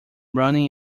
running